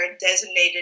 designated